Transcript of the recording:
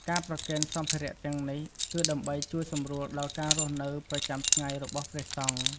ការប្រគេនសម្ភារៈទាំងនេះ គឺដើម្បីជួយសម្រួលដល់ការរស់នៅប្រចាំថ្ងៃរបស់ព្រះសង្ឃ។